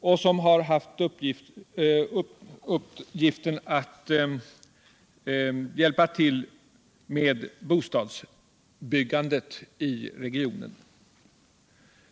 Förbundet har haft till uppgift att hjälpa till med bostadsbyggandet i regionen.